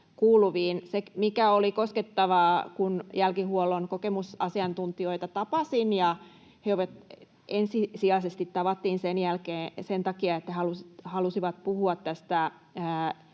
kuuluviin. Oli koskettavaa, kun jälkihuollon kokemusasiantuntijoita tapasin, ja ensisijaisesti tavattiin sen takia, että he halusivat puhua tästä